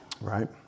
right